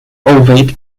ovate